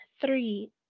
three